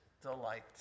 delight